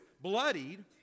bloodied